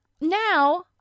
now